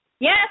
Yes